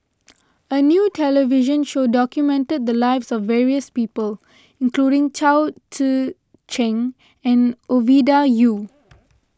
a new television show documented the lives of various people including Chao Tzee Cheng and Ovidia Yu